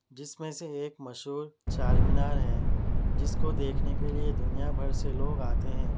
جس میں سے ایک مشہور چار مینار ہے جس کو دیکھنے کے لئے دنیا بھر سے لوگ آتے ہیں